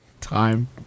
time